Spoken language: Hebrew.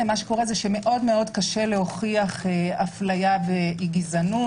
מאוד מאוד קשה להוכיח הפליה וגזענות.